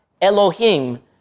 Elohim